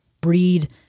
Breed